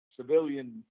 civilian